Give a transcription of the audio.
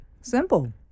Simple